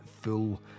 full